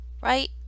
right